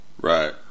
Right